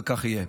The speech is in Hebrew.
וכך יהיה.